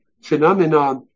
phenomenon